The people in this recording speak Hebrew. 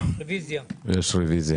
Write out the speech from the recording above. זה לא שאנחנו